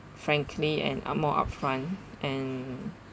frankly and are more upfront and